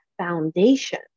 foundation